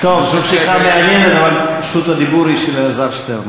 אבל רשות הדיבור היא של אלעזר שטרן.